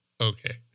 okay